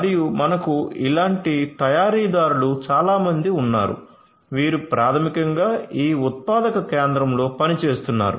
మరియు మనకు ఇలాంటి తయారీదారులు చాలా మంది ఉన్నారు వీరు ప్రాథమికంగా ఈ ఉత్పాదక కేంద్రంలో పని చేస్తున్నారు